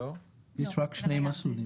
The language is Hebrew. לא, יש רק שני מסלולים.